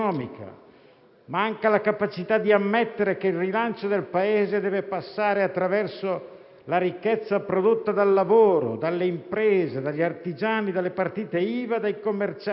e la capacità di ammettere che il rilancio del Paese deve passare attraverso la ricchezza prodotta dal lavoro, dalle imprese, dagli artigiani, dalle partite IVA, dai commercianti,